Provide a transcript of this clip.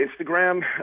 instagram